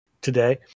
today